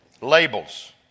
labels